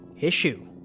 issue